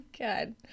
god